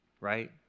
Right